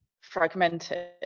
fragmented